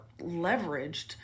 leveraged